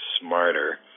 smarter